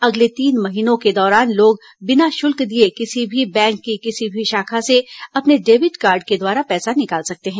अगले तीन महीनों के दौरान लोग बिना शुल्क दिये किसी भी बैंक की किसी भी शाखा से अपने डेबिट कार्ड के द्वारा पैसा निकाल सकते हैं